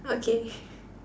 okay